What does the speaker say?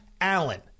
Allen